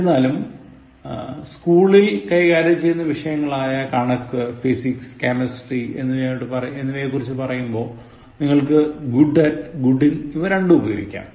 എന്നിരുന്നാലും സ്കൂളിൽ കൈകാര്യം ചെയ്യുന്ന വിഷയങ്ങളായ കണക്ക് ഫിസിക്സ് കെമിസ്ട്രി എന്നവയെക്കുറിച്ച് പറയുമ്പോൾ നിങ്ങൾക്ക് good at good in ഇവ രണ്ടും ചേർക്കാം